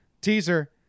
Teaser